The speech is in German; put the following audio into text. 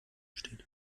steht